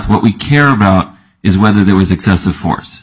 what we care about is whether there was excessive force